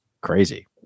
crazy